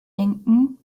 denken